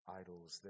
idols